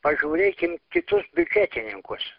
pažiūrėkim kitus biudžetininkus